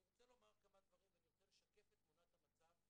אני רוצה לשקף את תמונת המצב.